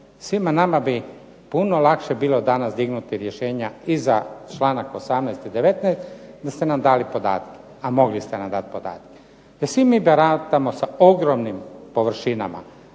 svima nama bi puno lakše bilo danas dignuti rješenja i za članak 18.i 19. da ste nam dali podatke, a mogli se nam dati podatke. Jer svi mi baratamo sa ogromnim površinama,